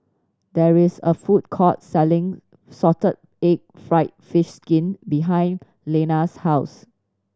there is a food court selling salted egg fried fish skin behind Leanna's house